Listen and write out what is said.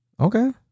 Okay